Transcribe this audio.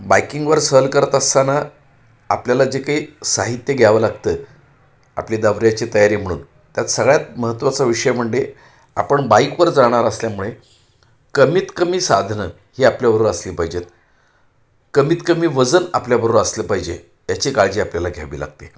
बाईकिंगवर सहल करत असताना आपल्याला जे काही साहित्य घ्यावे लागते आपली दौऱ्याची तयारी म्हणून त्यात सगळ्यात महत्त्वाचा विषय म्हणजे आपण बाईकवर जाणार असल्यामुळे कमीत कमी साधने ही आपल्याबरोबर असली पाहिजेत कमीत कमी वजन आपल्याबरोबर असले पाहिजे याची काळजी आपल्याला घ्यावी लागते